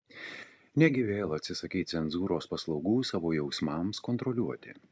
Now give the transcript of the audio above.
negi vėl atsisakei cenzūros paslaugų savo jausmams kontroliuoti